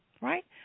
Right